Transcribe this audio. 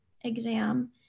exam